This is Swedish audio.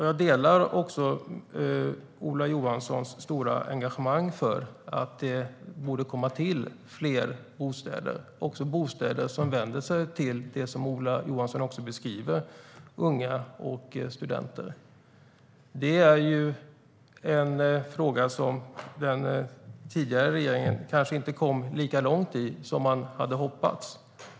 Jag delar Ola Johanssons stora engagemang för att det borde komma till fler bostäder, också bostäder som vänder sig till - som Ola Johansson beskrev det - unga och studenter. Det är en fråga som den tidigare regeringen kanske inte kom lika långt med som man hade hoppats.